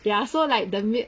ya so like the male